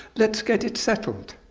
let's get it settled.